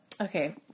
Okay